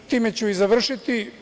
Time ću i završiti.